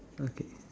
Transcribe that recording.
okay